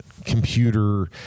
computer